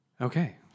Okay